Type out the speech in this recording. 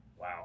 Wow